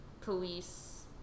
Police